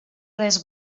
res